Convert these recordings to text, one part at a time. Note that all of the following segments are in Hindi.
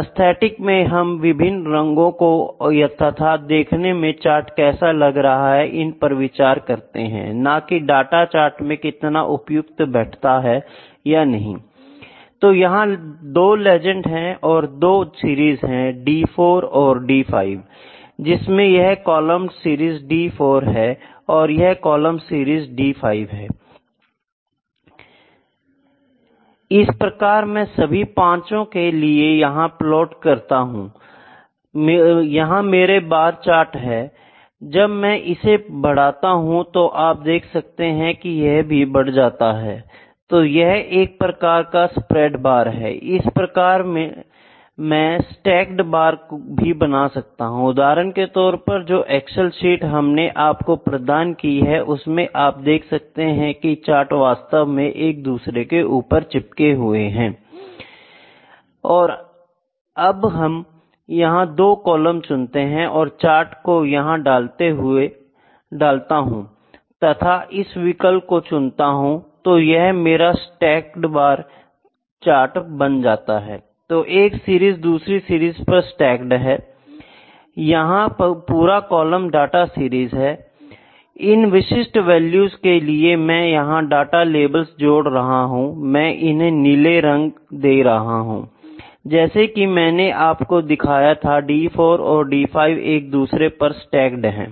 एस्थेटिक्स में हम विभिन्न रंगों को तथा देखने में चार्ट कैसा लग रहा है इन पर विचार करते हैं ना की डाटा चार्ट में कितना उपयुक्त बैठ रहा है या नहीं I तो यहां 2 लेजंड है और दो सीरीज है D4 और D5 जिसमें यह कॉलम सीरीज D4 का है तथा यह कॉलम D5 सीरीज का है I इसी प्रकार में सभी पांचों के लिए यहां प्लॉट कर बना सकता हूं I यह मेरा बार चार्ट है I जब मैं इसे बढ़ाता हूं तो आप देख सकते हैं यह भी बढ़ता जा रहा है I तो यह एक प्रकार का स्प्रेड बार है I इसी प्रकार मैं स्टैक्ड बार भी बना सकता हूं I उदाहरण के तौर पर जो एक्सेल शीट हमने आपको प्रदान की है उसमें आप देख सकते हैं की चार्ट वास्तव में एक दूसरे के ऊपर चिपके हैं I अब मैं यह दो कॉलम चुनता हूं और चार्ट को यहां डालता हूं तथा इस विकल्प को चुनता हूं तो यह मेरा स्टैक्ड बार चार्ट हो जाएगा I तो एक सीरीज दूसरी सीरीज पर स्टैक्ड है I यह पूरा कॉलम डाटा सीरीज है I इन विशिष्ट वैल्यूज के लिए मैं यहां डाटा लेबल्स जोड़ रहा हूं मैं इन्हें नीला रंग दे रहा हूं I जैसा कि मैंने आपको दिखाया था D4 और D5 एक दूसरे पर स्टैक्ड है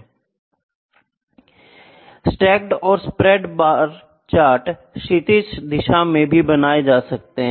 I स्टैक्ड और स्प्रेड बार चार्ट क्षैतिज दिशा में भी बनाये जा सकते है